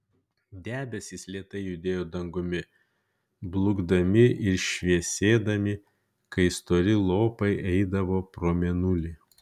debesys lėtai judėjo dangumi blukdami ir šviesėdami kai stori lopai eidavo pro mėnulį